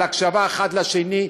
על הקשבה אחד לשני.